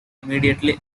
immediately